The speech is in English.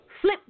flip